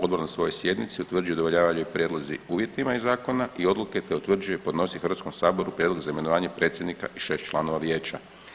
Odbor na svojoj sjednici utvrđuje udovoljavaju li prijedlozi uvjetima iz zakona i odluke, te utvrđuje, podnosi Hrvatskom saboru prijedlog za imenovanje predsjednika i 6 članova vijeća.